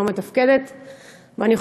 אבל לא מתפקדת.